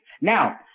Now